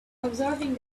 observing